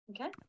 okay